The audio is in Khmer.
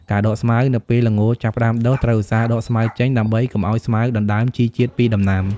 ការដកស្មៅ នៅពេលល្ងចាប់ផ្តើមដុះ ត្រូវឧស្សាហ៍ដកស្មៅចេញ ដើម្បីកុំឲ្យស្មៅដណ្តើមជីជាតិពីដំណាំ។